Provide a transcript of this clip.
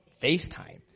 FaceTime